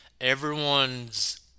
everyone's